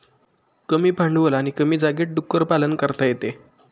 कमी भांडवल आणि कमी जागेत डुक्कर पालन करता येते